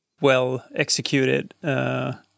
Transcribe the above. well-executed